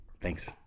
Thanks